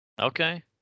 Okay